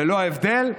ללא הבדל דת,